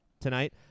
tonight